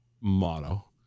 motto